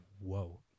whoa